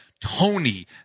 Tony